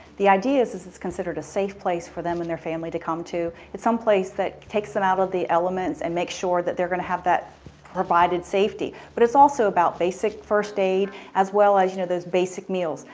the idea is that it's considered a safe place for them and their family to come to, it's some place that takes them out of the elements and makes sure that they're going to have that provided safety, but it's also about basic first aid as well as, you know, those basic meals,